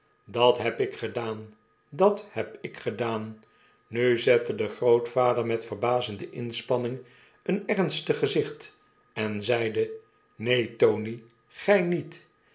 dat heb ik gedaan i dat heb ik gedaan nu zette de grootvader met verbazende inspanning een ernstig gezicht en zeide neen tony gy niet